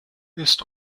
ist